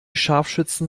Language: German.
scharfschützen